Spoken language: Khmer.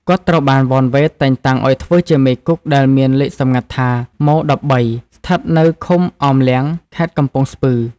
គាត់ត្រូវបាន វ៉ន វ៉េត តែងតាំងឱ្យធ្វើជាមេគុក ដែលមានលេខសម្ងាត់ថា ម-១៣ ស្ថិតនៅឃុំអមលាំង ខេត្តកំពង់ស្ពឺ។